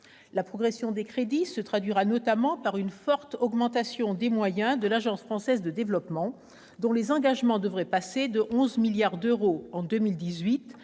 La progression des crédits se traduira notamment par une forte augmentation des moyens de l'Agence française de développement, dont les engagements devraient passer de 11 milliards d'euros en 2018